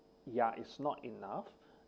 ya it's not enough